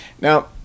Now